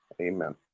Amen